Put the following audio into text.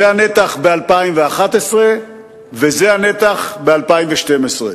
זה הנתח ב-2011 וזה הנתח ב-2012.